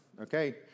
Okay